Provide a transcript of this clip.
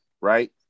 right